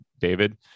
David